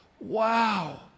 wow